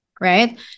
right